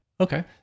Okay